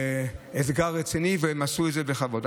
ודאי אתגר רציני, והם עשו את זה בכבוד.